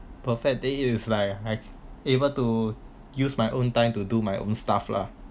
perfect day is like I able to use my own time to do my own stuff lah